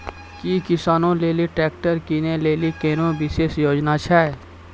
कि किसानो लेली ट्रैक्टर किनै लेली कोनो विशेष योजना छै?